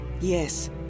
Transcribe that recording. Yes